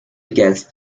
against